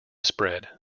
spread